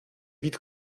být